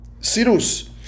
Sirus